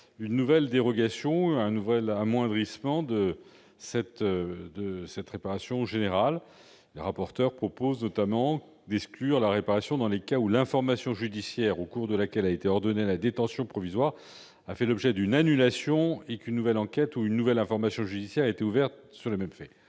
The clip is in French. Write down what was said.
une nouvelle dérogation, un nouvel amoindrissement de cette réparation générale. M. le rapporteur propose notamment d'exclure la réparation dans les cas où « l'information judiciaire au cours de laquelle a été ordonnée la détention provisoire a fait l'objet d'une annulation et qu'une nouvelle enquête ou une nouvelle information judiciaire a été ouverte sur les mêmes faits.